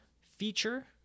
feature